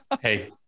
Hey